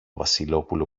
βασιλόπουλο